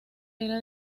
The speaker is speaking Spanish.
era